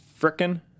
frickin